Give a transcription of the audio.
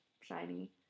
shiny